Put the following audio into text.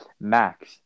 Max